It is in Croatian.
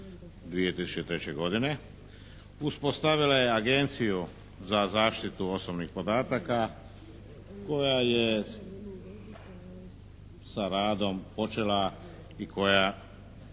2003. godine. Uspostavila je Agenciju za zaštitu osobnih podataka koja je sa radom počela i koja